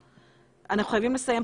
אנחנו חייבים לסיים.